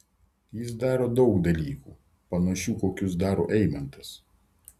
jis daro daug dalykų panašių kokius daro eimantas